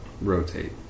rotate